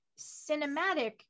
cinematic